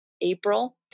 April